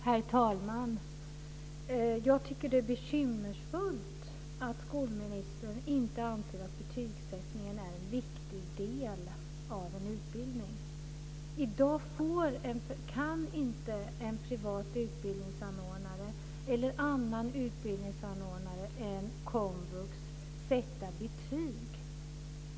Herr talman! Jag tycker att det är bekymmersfullt att skolministern inte anser att betygssättningen är en viktig del av en utbildning. I dag kan inte en privat utbildningsanordnare eller en annan utbildningsanordnare än komvux sätta betyg.